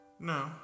no